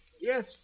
Yes